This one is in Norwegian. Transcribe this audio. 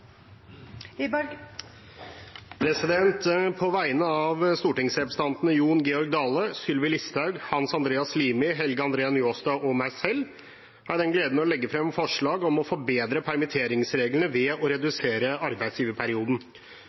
På vegne av stortingsrepresentantene Jon Georg Dale, Sylvi Listhaug, Hans Andreas Limi, Helge André Njåstad og meg selv har jeg gleden av å legge frem forslag om å forbedre permitteringsreglene ved å redusere arbeidsgiverperioden.